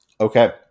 Okay